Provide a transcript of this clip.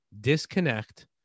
disconnect